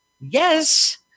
yes